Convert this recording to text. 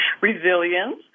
resilience